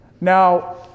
now